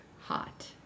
hot